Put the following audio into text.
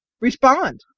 respond